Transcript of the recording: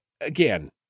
Again